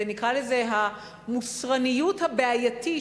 ונקרא לזה המוסרניות הבעייתית